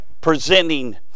presenting